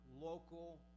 local